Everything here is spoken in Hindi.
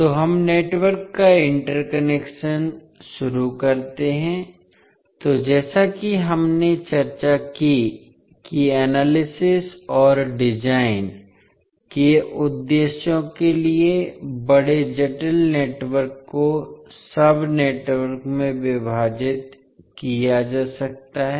तो हम नेटवर्क का इंटरकनेक्शन शुरू करते हैं तो जैसा कि हमने चर्चा की कि एनालिसिस और डिजाइन के उद्देश्यों के लिए बड़े जटिल नेटवर्क को सब नेटवर्क में विभाजित किया जा सकता है